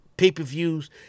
pay-per-views